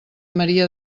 maria